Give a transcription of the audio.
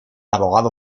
abogado